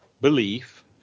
belief